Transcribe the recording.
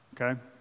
okay